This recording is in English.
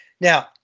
Now